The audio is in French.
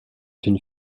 une